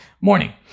morning